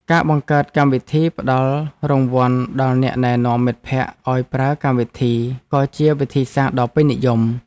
ការបង្កើតកម្មវិធីផ្តល់រង្វាន់ដល់អ្នកណែនាំមិត្តភក្តិឱ្យប្រើកម្មវិធីក៏ជាវិធីសាស្ត្រដ៏ពេញនិយម។